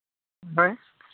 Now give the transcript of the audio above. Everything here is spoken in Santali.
ᱦᱮᱸ